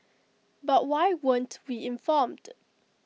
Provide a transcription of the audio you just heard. but why weren't we informed